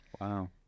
Wow